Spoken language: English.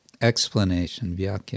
explanation